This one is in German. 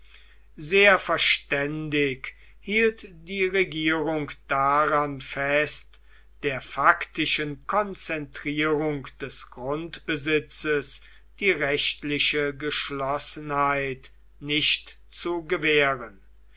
sehr verständig hielt die regierung daran fest der faktischen konzentrierung des grundbesitzes die rechtliche geschlossenheit nicht zu gewähren